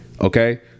okay